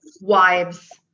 wives